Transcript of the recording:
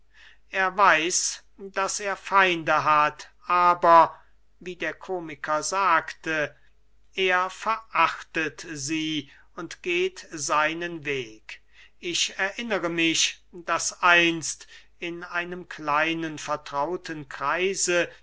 er weiß daß er feinde hat aber wie der komiker sagte er verachtet sie und geht seinen weg ich erinnere mich daß einst in einem kleinen vertrauten kreise